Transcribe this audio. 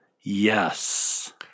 Yes